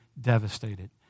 devastated